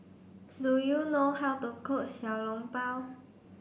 do you know how to cook Xiao Long Bao